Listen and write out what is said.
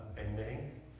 admitting